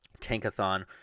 Tankathon